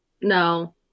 no